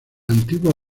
antigua